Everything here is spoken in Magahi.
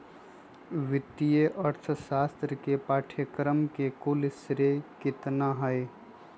वित्तीय अर्थशास्त्र के पाठ्यक्रम के कुल श्रेय कितना हई?